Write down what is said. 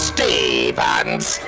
Stevens